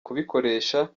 kubikoresha